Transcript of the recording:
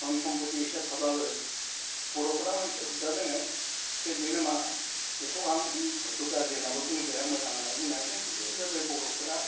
धोन सम्पथि एसेया थाब्लाबो बर'फ्रा मोनसे हुदा दोङो जे बेनो मा बेखौ आं हयथ' गाज्रि होन्नाबो बुंजाया मोजां होन्नाबो बुंनो हाया बे हुदायानो जाबाय बर'फ्रा